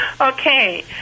Okay